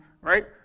right